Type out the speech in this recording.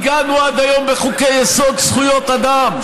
עיגנו עד היום בחוקי-יסוד זכויות אדם,